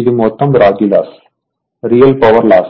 ఇది మొత్తం రాగి లాస్ రియల్ పవర్ లాస్